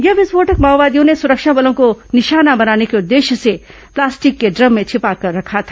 यह विस्फोटक माओवादियों ने सुरक्षा बलों को निशाना बनाने के उद्देश्य से प्लास्टिक के ड्रम में छिपाकर रखा था